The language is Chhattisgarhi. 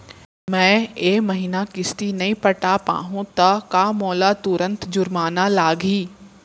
मैं ए महीना किस्ती नई पटा पाहू त का मोला तुरंत जुर्माना लागही?